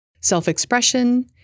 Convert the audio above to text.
self-expression